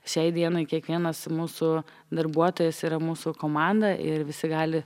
šiai dienai kiekvienas mūsų darbuotojas yra mūsų komanda ir visi gali